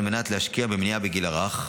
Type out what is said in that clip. על מנת להשקיע במניעה בגיל הרך.